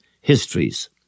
histories